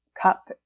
cup